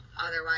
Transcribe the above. Otherwise